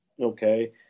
Okay